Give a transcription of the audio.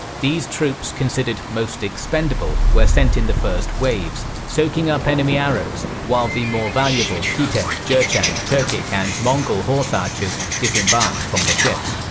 these troops considered most expendable were sent in the first waves, soaking up enemy arrows while the more valuable khitan, jurchen, turkic and mongol horse archers disembarked from the ships.